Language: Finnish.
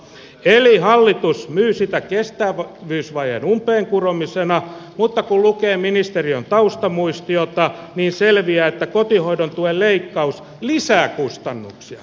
eli hallitus myy sitä kestävyysvajeen umpeen kuromisena mutta kun lukee ministeriön taustamuistiota niin selviää että kotihoidon tuen leikkaus lisää kustannuksia